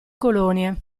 colonie